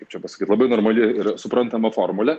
kaip čia pasakyt labai normali ir suprantama formulė